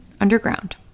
underground